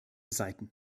seiten